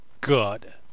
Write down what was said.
good